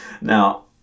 now